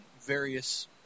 various